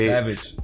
Savage